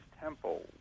temple